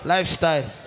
Lifestyle